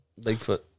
Bigfoot